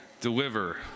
deliver